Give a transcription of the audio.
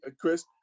Chris